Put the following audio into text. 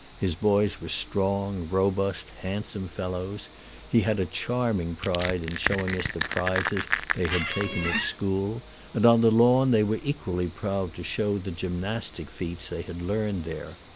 his boys were strong, robust, handsome fellows he had a charming pride in showing us the prizes they had taken at school and on the lawn they were equally proud to show the gymnastic feats they had learned there.